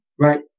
right